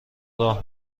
راه